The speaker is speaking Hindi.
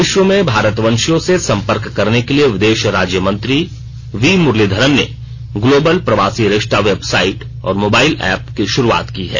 विश्व में भारतवंशियों से संपर्क करने के लिए विदेश राज्य मंत्री वी मुरलीधरन ने ग्लोबल प्रवासी रिश्ता वेबसाइट और मोबाइल ऐप की शुरूआत की है